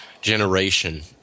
generation